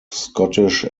scottish